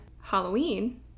Halloween